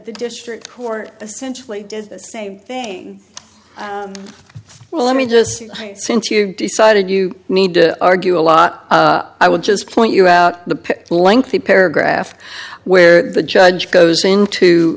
the district court essentially did the same thing well let me just say since you've decided you need to argue a lot i would just point you out the lengthy paragraph where the judge goes into